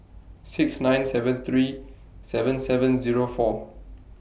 six nine seven three seven seven Zero four